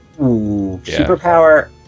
superpower